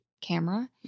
camera